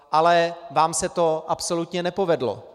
Ale vám se to absolutně nepovedlo.